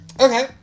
Okay